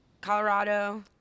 Colorado